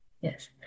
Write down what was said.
Yes